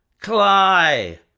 Cly